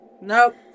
Nope